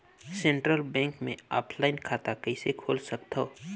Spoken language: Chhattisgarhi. सेंट्रल बैंक मे ऑफलाइन खाता कइसे खोल सकथव?